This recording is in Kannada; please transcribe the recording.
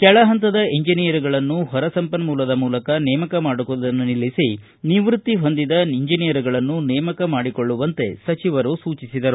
ಕೆಳಹಂತದ ಎಂಜಿನಿಯರ್ಗಳನ್ನು ಹೊರಸಂಪನ್ನೂಲದ ಮೂಲಕ ನೇಮಕ ಮಾಡುವುದನ್ನು ನಿಲ್ಲಿಸಿ ನಿವೃತ್ತಿ ಹೊಂದಿದ ಎಂಜೆನಿಯರ್ ಗಳನ್ನು ನೇಮಕ ಮಾಡಿಕೊಳ್ಳುವಂತೆ ಸಚಿವರು ಸೂಚಿಸಿದರು